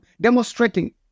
demonstrating